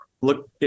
look